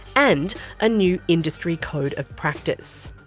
and a new industry code of practice.